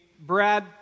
Brad